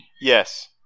Yes